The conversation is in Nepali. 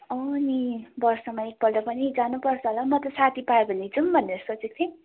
अनि वर्षमा एकपल्ट पनि जानुपर्छ होला म त साथी पाएँ भने जाउँ भनेर सोचेको थिएँ